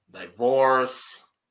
divorce